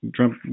Trump